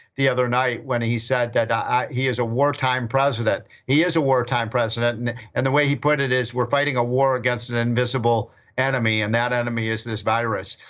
the other night when he said that ah he is auto wartime president. he is a wartime president and and the way he put it is we're fighting a war against an invisible enemy and that enemy is this virus.